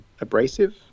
abrasive